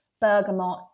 bergamot